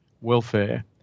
welfare